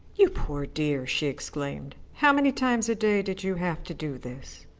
you poor dear! she exclaimed. how many times a day did you have to do this?